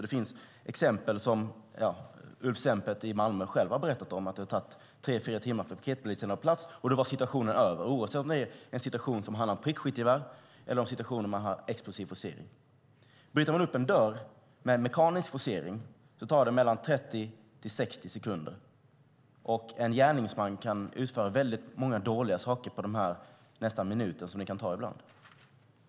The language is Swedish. Det finns exempel som man i Malmö själv har berättat om där det tagit tre, fyra timmar för polisen att vara på plats, och då var situationen över. Det gäller oavsett om det är en situation som handlar om prickskyttegevär eller om explosiv forcering. Bryter man upp en dörr med mekanisk forcering tar det 30-60 sekunder. En gärningsman kan utföra väldigt många dåliga saker på den minut som det nästan kan ta ibland.